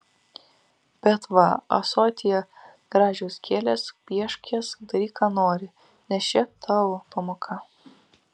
bet va ąsotyje gražios gėlės piešk jas daryk ką nori nes čia tavo pamoka